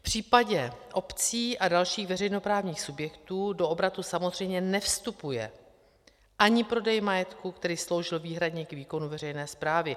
V případě obcí a dalších veřejnoprávních subjektů do obratu samozřejmě nevstupuje ani prodej majetku, který sloužil výhradně k výkonu veřejné správy.